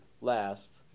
last